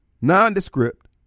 nondescript